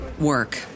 work